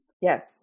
Yes